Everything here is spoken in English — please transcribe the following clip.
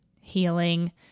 healing